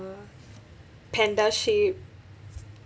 panda shaped